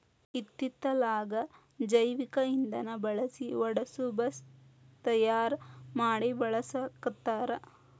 ಇತ್ತಿತ್ತಲಾಗ ಜೈವಿಕ ಇಂದನಾ ಬಳಸಿ ಓಡಸು ಬಸ್ ತಯಾರ ಮಡಿ ಬಳಸಾಕತ್ತಾರ